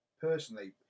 personally